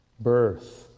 birth